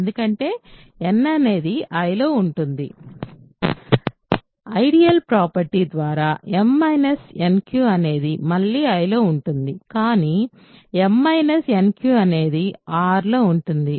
ఎందుకంటే n అనేది I లో ఉంటుంది ఐడియల్ ప్రాపర్టీ ద్వారా nq అనేది Iలో ఉంటుంది m అనేది I లో ఉంది ఐడియల్ ప్రాపర్టీ ద్వారా m nq అనేది మళ్లీ I లో ఉంటుంది కానీ m nq అనేది r లో ఉంటుంది